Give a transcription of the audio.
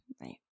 right